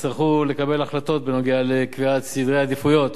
תצטרכו לקבל החלטות בנוגע לקביעת סדרי עדיפויות.